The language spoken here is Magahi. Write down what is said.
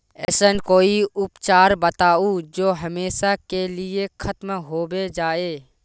ऐसन कोई उपचार बताऊं जो हमेशा के लिए खत्म होबे जाए?